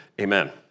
Amen